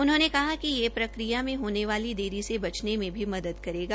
उन्होंने कहा कि यह प्रक्रिया में होने वाली देरी से बचने में भी मदद करेगा